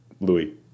Louis